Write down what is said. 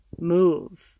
move